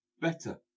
better